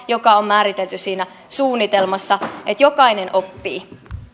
joka on määritelty siinä suunnitelmassa jotta jokainen oppii arvoisa